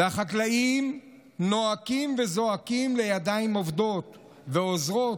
החקלאים נאנקים וזועקים לידיים עובדות ועוזרות,